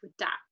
adapt